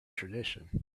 tradition